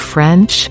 French